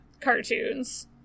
cartoons